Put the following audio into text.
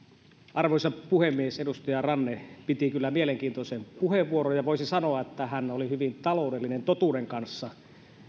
arvoisa puhemies edustaja ranne piti kyllä mielenkiintoisen puheenvuoron ja voisi sanoa että hän oli hyvin taloudellinen totuuden kanssa